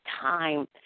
time